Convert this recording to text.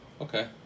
Okay